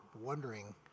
wondering